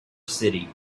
city